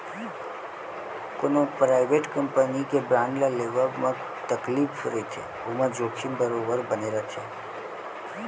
कोनो private company के bond ल लेवब म तकलीफ रहिथे ओमा जोखिम बरोबर बने रथे